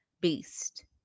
beast